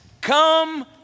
come